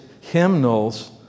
hymnals